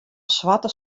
swarte